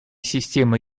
системы